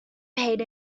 paid